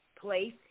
place